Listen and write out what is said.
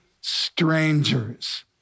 strangers